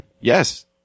yes